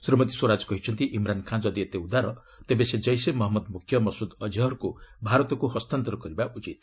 ଶ୍ରୀମତୀ ସ୍ୱରାଜ କହିଛନ୍ତି ଇମ୍ରାନ୍ ଖାନ୍ ଯଦି ଏତେ ଉଦାର ତେବେ ସେ ଜୈସେ ମହମ୍ମଦ୍ ମୁଖ୍ୟ ମସୁଦ୍ ଅଜହର୍କୁ ଭାରତକୁ ହସ୍ତାନ୍ତର କରିବା ଉଚିତ୍